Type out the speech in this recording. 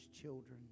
children